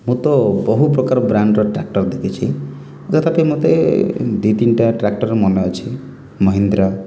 ମୁଁ ତ ବହୁ ପ୍ରକାର ବ୍ରାଣ୍ଡ୍ର ଟ୍ରାକ୍ଟର୍ ଦେଖିଛି ତଥାପି ମୋତେ ଦୁଇ ତିନିଟା ଟ୍ରାକ୍ଟର୍ ମନେଅଛି ମହିନ୍ଦ୍ରା